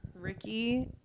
ricky